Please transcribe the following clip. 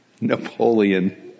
Napoleon